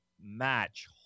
match